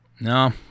No